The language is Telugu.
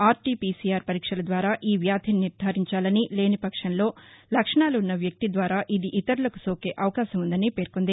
are T P C R పరీక్షల ద్వారా ఈ వ్యాధిని నిర్దారించాలనీ లేని పక్షంలో లక్షణాలున్న వ్యక్తి ద్వారా ఇది ఇతరులకు సోకే అవకాశం ఉందని పేర్కొంది